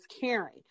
caring